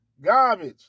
garbage